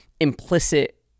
implicit